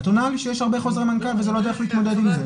את עונה לי שיש הרבה שיש הרבה חוזרי מנכ"ל ושזה לא דרך להתמודד עם זה.